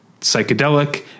psychedelic